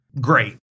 Great